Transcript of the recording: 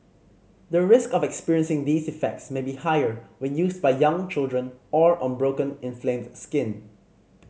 the risk of experiencing these effects may be higher when used by young children or on broken inflamed skin